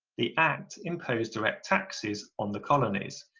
the act imposed direct taxes on the colonies,